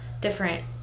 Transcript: different